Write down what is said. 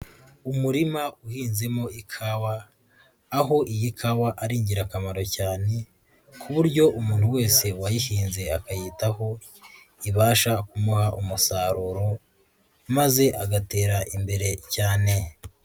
Umurima uhinzemo ikawa, aho iyi kawa ari ingirakamaro cyane, ku buryo umuntu wese wayihinze akayitaho ibasha kumuha umusaruro, maze agatera imbere cyane.